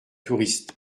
touriste